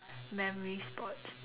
memory sports